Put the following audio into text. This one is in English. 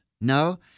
No